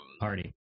Party